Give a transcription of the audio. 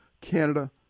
Canada